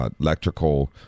electrical